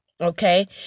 okay